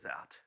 out